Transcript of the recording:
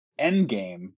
Endgame